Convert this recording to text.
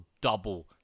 double